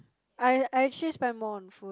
I I actually spend more on food